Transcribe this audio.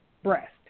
Breast